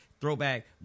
throwback